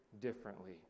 differently